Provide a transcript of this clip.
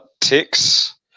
ticks